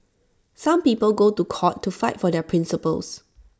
some people go to court to fight for their principles